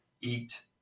eat